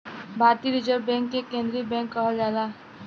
भारतीय reserve bank के केन्द्रीय बैंक कहल जाला